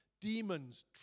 Demons